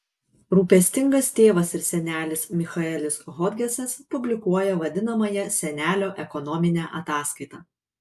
rūpestingas tėvas ir senelis michaelis hodgesas publikuoja vadinamąją senelio ekonominę ataskaitą